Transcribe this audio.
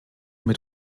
mit